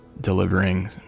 delivering